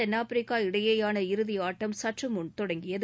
தென்னாப்பிரிக்கா இடையேயான இறுதி ஆட்டம் சற்றுமுன் தொடங்கியது